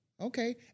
okay